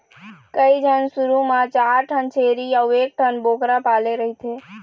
कइझन शुरू म चार ठन छेरी अउ एकठन बोकरा पाले रहिथे